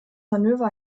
manöver